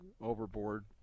overboard